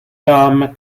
dame